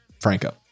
franco